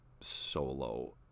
solo